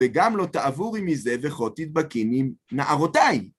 וְגַם לֹא תַעֲבוּרִי מִזֶּה וְכֹה תִדְבָּקִין עִם נַעֲרֹתָי